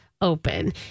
open